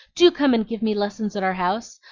do come and give me lessons at our house.